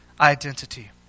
identity